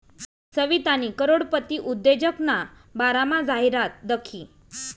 सवितानी करोडपती उद्योजकना बारामा जाहिरात दखी